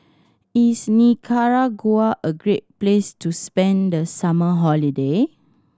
is Nicaragua a great place to spend the summer holiday